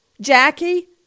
Jackie